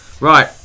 Right